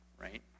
right